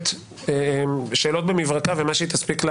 בהרבה מהשאלות שכרגע נמצאות על